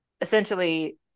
essentially